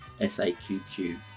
S-A-Q-Q